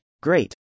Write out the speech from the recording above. great